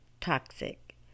toxic